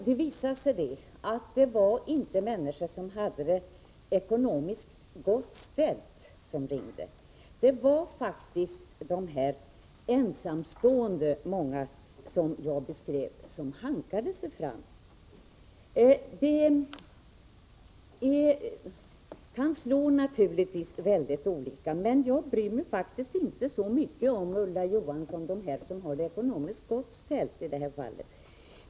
Det visade sig att det inte var människor som hade det ekonomiskt gott ställt som ringde, utan det var faktiskt många av de ensamstående som jag beskrev hankade sig fram. Det kan naturligtvis slå väldigt olika, Ulla Johansson, men jag bryr mig faktiskt inte så mycket om dem som har det ekonomiskt gott ställt.